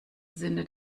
sinne